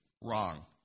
Wrong